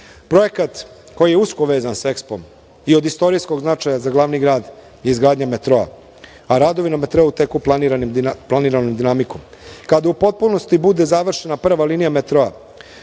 brodića. Projekat koji je usko vezan sa EXPO i od istorijskog značaja za glavni grad je izgradnja metroa, a radovi na metrou teku planiranom dinamikom. Kada u potpunosti bude završena prva linija metroa,